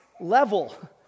level